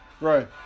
Right